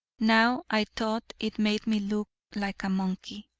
now i thought it made me look like a monkey.